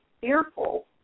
fearful